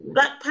Black